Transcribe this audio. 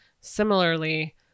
similarly